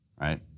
right